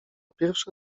pierwsze